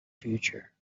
future